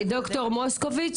דר' מוסקוביץ